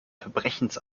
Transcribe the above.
verbrechens